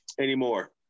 anymore